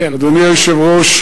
אדוני היושב-ראש,